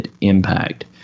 impact